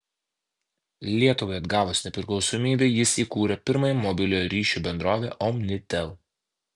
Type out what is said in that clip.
lietuvai atgavus nepriklausomybę jis įkūrė pirmąją mobiliojo ryšio bendrovę omnitel